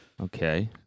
Okay